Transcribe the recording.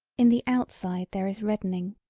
in the outside there is reddening,